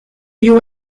you